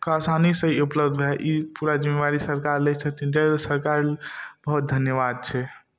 कऽ आसानीसँ ई उपलब्ध भए ई पूरा जिम्मेवारी सरकार लै छथिन जै दुआरे सरकारके बहुत धन्यवाद छै